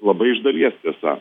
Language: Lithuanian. labai iš dalies tiesa